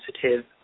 sensitive